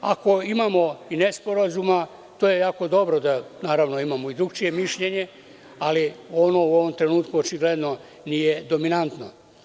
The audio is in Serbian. Ako imamo i nesporazuma, to je jako dobro da imamo i drugačije mišljenje, ali ono u ovom trenutku očigledno nije dominantno.